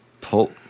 Pull